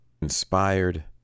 inspired